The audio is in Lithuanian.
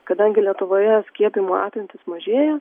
kadangi lietuvoje skiepijimo apimtys mažėja